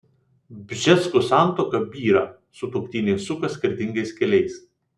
bžeskų santuoka byra sutuoktiniai suka skirtingais keliais